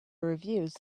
reviews